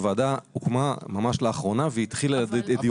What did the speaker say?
הוועדה הוקמה ממש לאחרונה והיא התחילה את דיוניה.